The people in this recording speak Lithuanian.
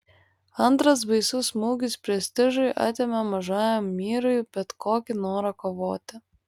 antras baisus smūgis prestižui atėmė mažajam myrui bet kokį norą kovoti